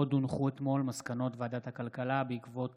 עוד הונחו אתמול מסקנות ועדת הכלכלה בעקבות